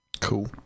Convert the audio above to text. Cool